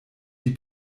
die